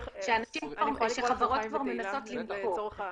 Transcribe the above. שחברות כבר מנסות למצוא.